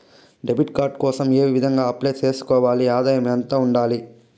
Debit card కోసం ఏ విధంగా అప్లై సేసుకోవాలి? ఆదాయం ఎంత ఉండాలి?